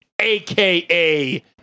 aka